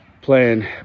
playing